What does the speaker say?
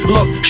Look